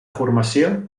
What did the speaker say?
formació